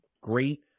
great